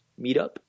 meetup